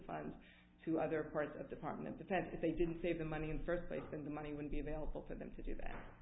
funds to other parts of department of defense if they didn't save the money in first place and the money would be available to them to do that